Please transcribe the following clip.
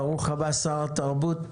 ברוך הבא שר התרבות.